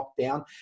lockdown